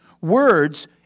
Words